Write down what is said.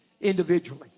individually